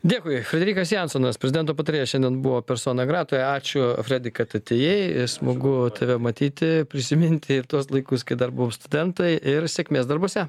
dėkui frederikas jansonas prezidento patarėjas šiandien buvo persona gratoje ačiū fredi kad atėjai ir smagu tave matyti prisiminti ir tuos laikus kai dar buvom studentai ir sėkmės darbuose